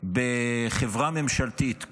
בחברה ממשלתית?